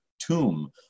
tomb